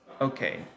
okay